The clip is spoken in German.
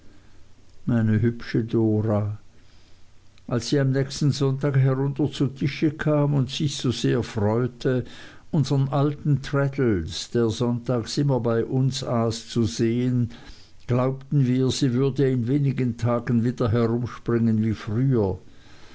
meine hübsche dora als sie am nächsten sonntag herunter zu tische kam und sich so sehr freute unsern alten traddles der sonntags immer bei uns aß zu sehen glaubten wir sie würde in wenigen tagen wieder herumspringen wie früher